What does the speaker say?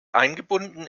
eingebunden